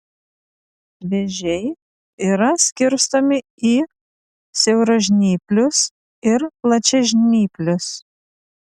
vėžiai yra skirstomi į siauražnyplius ir plačiažnyplius